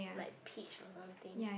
like peach or something